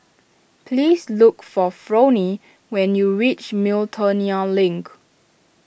please look for Fronnie when you reach Miltonia Link